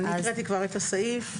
הקראתי כבר את הסעיף,